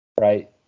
right